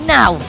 Now